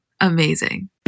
Amazing